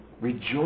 Rejoice